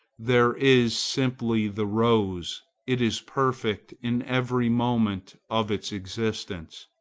there is simply the rose it is perfect in every moment of its existence.